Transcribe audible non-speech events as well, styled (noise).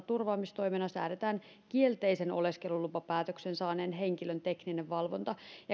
(unintelligible) turvaamistoimena säädetään kielteisen oleskelulupapäätöksen saaneen henkilön tekninen valvonta